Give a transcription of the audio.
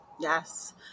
Yes